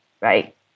right